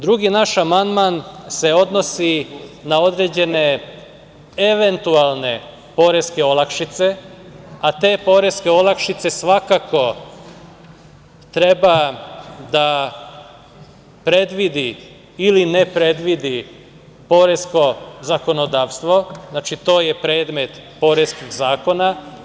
Drugi naš amandman se odnosi na određene eventualne poreske olakšice, a te poreske olakšice svakako treba da predvidi ili ne predvidi poresko zakonodavstvo, znači to je predmet poreskih zakona.